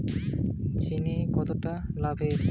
চাষবাসের ব্যাবসা বর্তমানে গটে চাষি ঘরের জিনে কতটা লাভের?